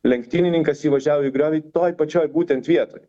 lenktynininkas įvažiavo į griovį toj pačioj būtent vietoj